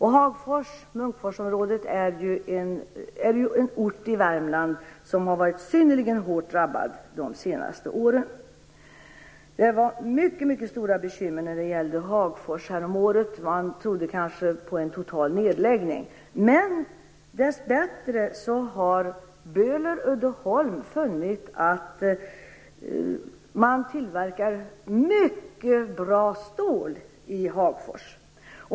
Hagfors liksom Munkforsområdet i Värmland har drabbats synnerligen hårt under de senaste åren. Det fanns mycket stora bekymmer häromåret när det gällde Hagfors. Man trodde på en kanske total nedläggning. Dess bättre har Böhler-Uddeholm funnit att det tillverkas mycket bra stål i Hagfors.